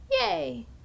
Yay